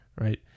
right